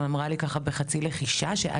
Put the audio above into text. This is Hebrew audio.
אם זה מסלול עוקף,